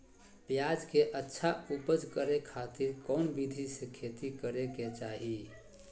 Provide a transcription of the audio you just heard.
प्याज के अच्छा उपज करे खातिर कौन विधि से खेती करे के चाही?